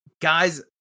guys